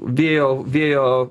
vėjo vėjo